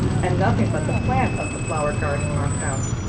and nothing but the plan of the flower-garden marked out.